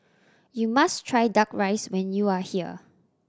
you must try Duck Rice when you are here